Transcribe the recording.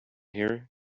here